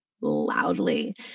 loudly